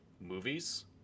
movies